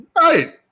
Right